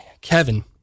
Kevin